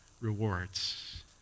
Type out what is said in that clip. rewards